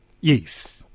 Yes